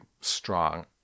strong